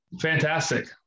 fantastic